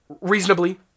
reasonably